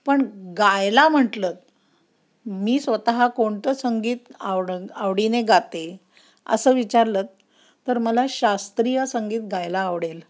पण गायला म्हटलंत मी स्वतः कोणतं संगीत आवड आवडीने गाते असं विचारलंत तर मला शास्त्रीय संगीत गायला आवडेल